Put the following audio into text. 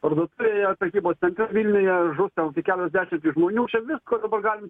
parduotuvėje prekybos centre vilniuje žus ten koki kelios dešimtys žmonių čia visko dabar galim